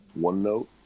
OneNote